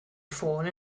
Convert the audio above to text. ffôn